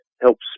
helps